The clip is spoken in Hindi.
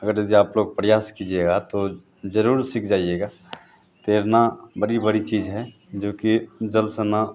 अगर जो आपको लोग प्रयास कीजिएगा तो ज़रूर सीख जाइएगा तैरना बड़ी बड़ी चीज़ है जोकि जल सेना